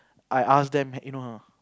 I ask them eh you know